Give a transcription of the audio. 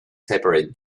separate